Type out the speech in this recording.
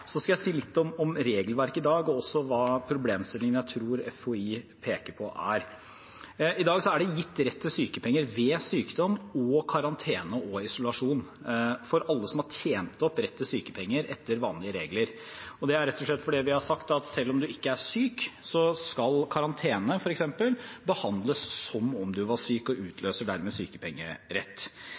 Så skal jeg si litt om regelverket i dag og også hva problemstillingene jeg tror FHI peker på, er. I dag er det gitt rett til sykepenger ved sykdom og karantene og isolasjon for alle som har tjent opp rett til sykepenger etter vanlige regler. Det er rett og slett fordi vi har sagt at selv om du ikke er syk, skal karantene, f.eks., behandles som om du var syk, og utløser dermed sykepengerett.